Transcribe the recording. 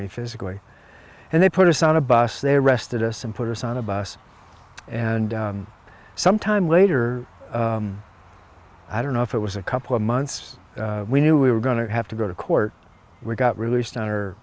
me physically and they put us on a bus they arrested us and put us on a bus and sometime later i don't know if it was a couple of months we knew we were going to have to go to court we got released on her